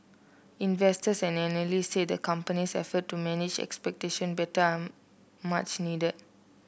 investors and analysts say the company's effort to manage expectation better are much needed